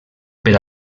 per